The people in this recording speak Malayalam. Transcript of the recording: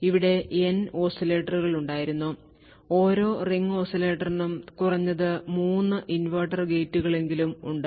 ഇവിടെ N ഓസിലേറ്ററുകളുണ്ടായിരുന്നു ഓരോ റിംഗ് ഓസിലേറ്ററിനും കുറഞ്ഞത് 3 ഇൻവെർട്ടർ ഗേറ്റുകളെങ്കിലും ഉണ്ട്